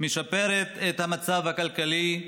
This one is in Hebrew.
משפרת את המצב הכלכלי,